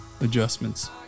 adjustments